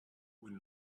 when